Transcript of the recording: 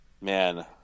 man